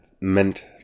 meant